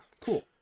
cool